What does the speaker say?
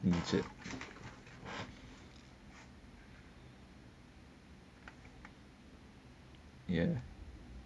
um சரி:sari ya